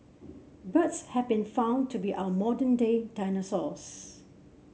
birds have been found to be our modern day dinosaurs